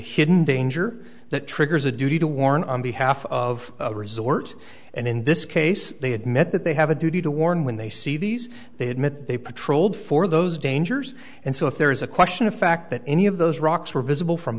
hidden danger that triggers a duty to warn on behalf of resorts and in this case they admit that they have a duty to warn when they see these they admit they patrolled for those dangers and so if there is a question of fact that any of those rocks were visible from